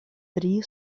tri